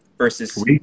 versus